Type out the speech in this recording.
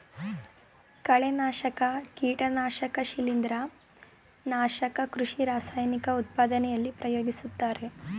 ಕಳೆನಾಶಕ, ಕೀಟನಾಶಕ ಶಿಲಿಂದ್ರ, ನಾಶಕ ಕೃಷಿ ರಾಸಾಯನಿಕ ಉತ್ಪಾದನೆಯಲ್ಲಿ ಪ್ರಯೋಗಿಸುತ್ತಾರೆ